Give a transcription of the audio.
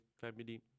family